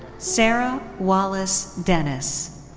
sarah wallis dennis.